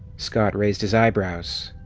scott raised his eyebrows.